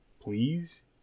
Please